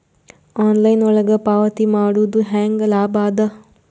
Online ಒಳಗ ಪಾವತಿ ಮಾಡುದು ಹ್ಯಾಂಗ ಲಾಭ ಆದ?